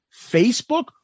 Facebook